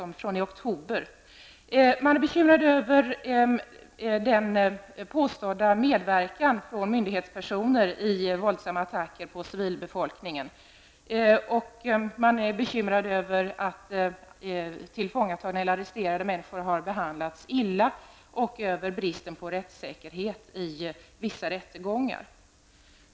Man är bekymrad över den påstådda medverkan från myndighetspersoner i våldsamma attacker på civilbefolkningen. Man är också bekymrad över att tillfångatagna eller arresterade människor har behandlats illa och över bristen på rättssäkerhet i vissa rättegångar.